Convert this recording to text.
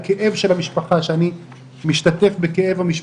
הכאב של המשפחה שאני משתתף בכאבה,